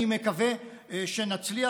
אני מקווה שנצליח.